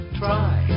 try